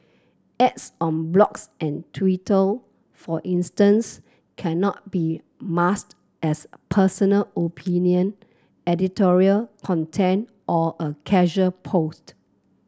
ads on blogs and Twitter for instance cannot be masked as personal opinion editorial content or a casual post